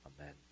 Amen